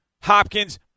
Hopkins